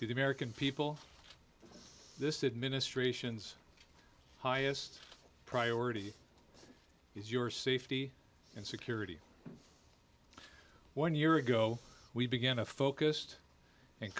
the american people this administration's highest priority is your safety and security one year ago we began a focused and